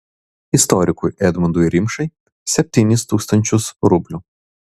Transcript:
istorikui edmundui rimšai septynis tūkstančius rublių